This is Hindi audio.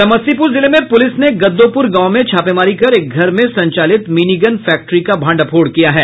समस्तीपुर जिले में पुलिस ने गद्दोपुर गांव में छापेमारी कर एक घर में संचालित मिनीगन फैक्ट्री का भंडाफोड़ किया है